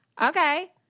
Okay